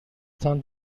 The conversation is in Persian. تان